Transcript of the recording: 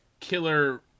killer